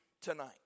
tonight